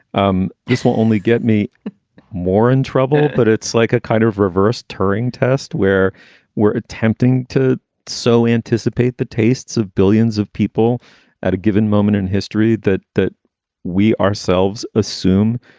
um this will only get me more in trouble. but it's like a kind of reverse turing test where we're attempting to so anticipate the tastes of billions of people at a given moment in history that that we ourselves assume